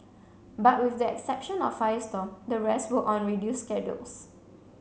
but with the exception of firestorm the rest were on reduced schedules